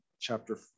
chapter